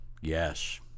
Yes